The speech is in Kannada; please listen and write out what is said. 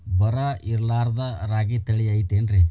ಬರ ಇರಲಾರದ್ ರಾಗಿ ತಳಿ ಐತೇನ್ರಿ?